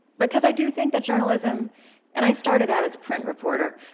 because i do think that journalism and i started out as a print reporter